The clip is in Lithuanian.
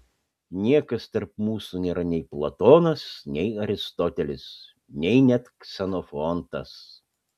niekas tarp mūsų nėra nei platonas nei aristotelis nei net ksenofontas